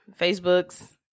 Facebook's